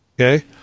okay